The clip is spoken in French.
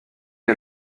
est